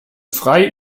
frei